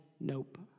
nope